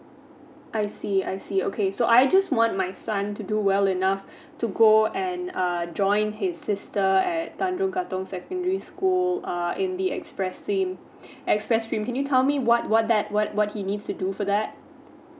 I see I see okay so I just want my son to do well enough to go and err join his sister at tanjong katong secondary school err in the express stream express stream can you tell me what what that what he needs to do for that